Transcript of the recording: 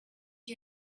you